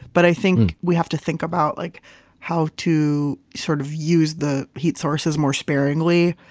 but i think we have to think about like how to sort of use the heat sources more sparingly.